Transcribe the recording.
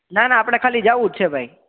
ના ના આપણે ખાલી જવું જ છે ભાઈ